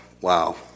wow